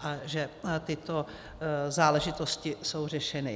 a že tyto záležitosti jsou řešeny.